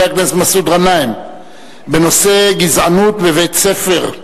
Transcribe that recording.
הכנסת מסעוד גנאים בנושא: גזענות בבית-ספר.